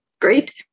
great